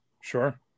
sure